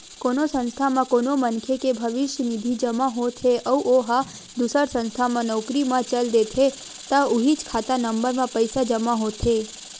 कोनो संस्था म कोनो मनखे के भविस्य निधि जमा होत हे अउ ओ ह दूसर संस्था म नउकरी म चल देथे त उहींच खाता नंबर म पइसा जमा होथे